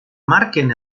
marquen